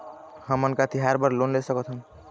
हमन का तिहार बर लोन ले सकथन?